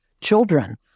children